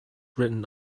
written